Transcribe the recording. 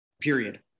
Period